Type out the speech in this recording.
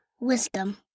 Wisdom